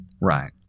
right